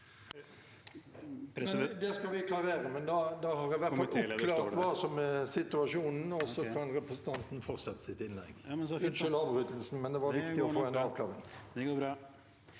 på 5 minutter. Da har vi oppklart hva som er situasjonen, og så kan representanten fortsette sitt innlegg. Unnskyld avbrytelsen, men det var viktig å få en avklaring.